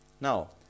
Now